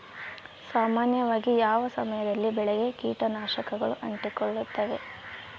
ಸಾಮಾನ್ಯವಾಗಿ ಯಾವ ಸಮಯದಲ್ಲಿ ಬೆಳೆಗೆ ಕೇಟನಾಶಕಗಳು ಅಂಟಿಕೊಳ್ಳುತ್ತವೆ?